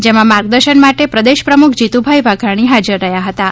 જેમાં માર્ગદર્શન માટે પ્રદેશ પ્રમુખ જીતુભાઇ વાઘાણી હાજર રહ્યાં હતાં